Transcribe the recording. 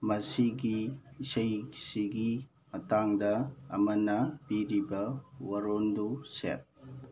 ꯃꯁꯤꯒꯤ ꯏꯁꯩꯁꯤꯒꯤ ꯃꯇꯥꯡꯗ ꯑꯃꯅ ꯄꯤꯔꯤꯕ ꯋꯥꯔꯣꯜꯗꯨ ꯁꯦꯞ